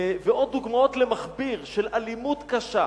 ועוד דוגמאות למכביר של אלימות קשה,